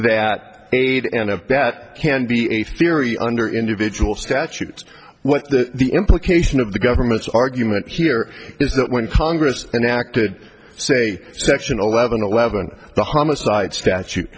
that aid and abet can be a theory under individual statute what the the implication of the government's argument here is that when congress enacted say section eleven eleven the homicide statute